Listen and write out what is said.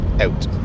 out